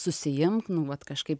susiimk nu vat kažkaip